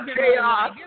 Chaos